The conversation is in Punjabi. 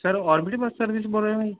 ਸਰ ਔਰਬਿਟ ਬੱਸ ਸਰਵਿਸ ਬੋਲ ਰਹੇ ਹੋ ਜੀ